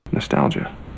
Nostalgia